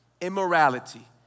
immorality